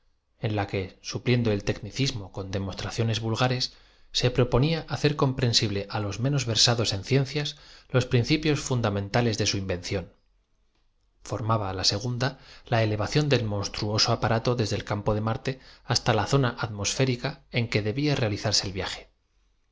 en la que supliendo el tecnicismo con demostraciones vulgares se proponía hacer com prensible á los menos versados en ciencias los princi pios fundamentales de su invención formaba la se gunda la elevación del monstruoso aparato desde el campo de marte hasta la zona atmosférica en que de bía realizarse el viaje